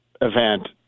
event